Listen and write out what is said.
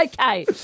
Okay